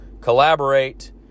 collaborate